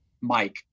Mike